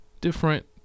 different